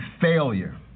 failure